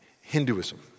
Hinduism